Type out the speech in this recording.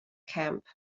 camp